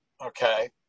okay